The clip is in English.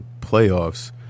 playoffs